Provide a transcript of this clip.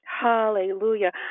Hallelujah